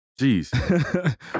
Jeez